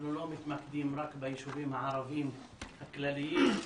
אנחנו לא מתמקדים רק ביישובים הערביים הכלליים,